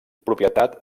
propietat